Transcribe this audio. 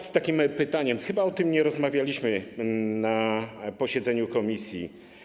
Mam takie pytanie, chyba o tym nie rozmawialiśmy na posiedzeniu komisji.